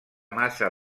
massa